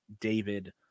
David